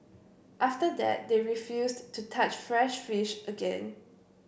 after that they refused to touch fresh fish again